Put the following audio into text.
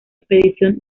expedición